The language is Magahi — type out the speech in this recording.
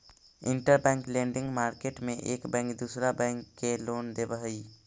इंटरबैंक लेंडिंग मार्केट में एक बैंक दूसरा बैंक के लोन देवऽ हई